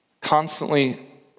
constantly